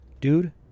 dude